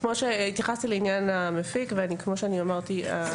כמו שהתייחסתי לעניין המפיק וכמו שאמרתי,